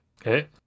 Okay